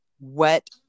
wet